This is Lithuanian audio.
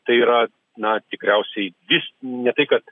tai yra na tikriausiai vis ne tai kad